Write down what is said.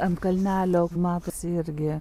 ant kalnelio matosi irgi